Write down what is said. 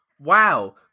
Wow